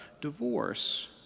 divorce